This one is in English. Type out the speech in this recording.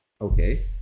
okay